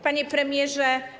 Panie Premierze!